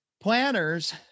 Planners